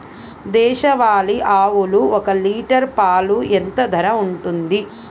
దేశవాలి ఆవులు ఒక్క లీటర్ పాలు ఎంత ధర ఉంటుంది?